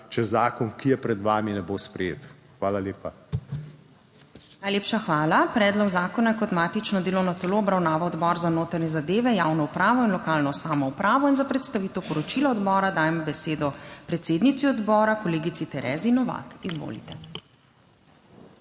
če zakon, ki je pred vami, ne bo sprejet. Hvala lepa. PREDSEDNICA MAG. URŠKA KLAKOČAR ZUPANČIČ: Najlepša hvala. Predlog zakona je kot matično delovno telo obravnaval Odbor za notranje zadeve, javno upravo in lokalno samoupravo in za predstavitev poročila odbora dajem besedo predsednici odbora, kolegici Tereziji Novak. Izvolite.